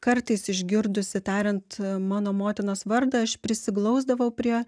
kartais išgirdusi tariant mano motinos vardą aš prisiglausdavau prie